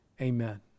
amen